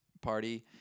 party